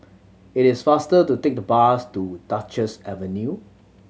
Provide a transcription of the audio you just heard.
it is faster to take the bus to Duchess Avenue